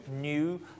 new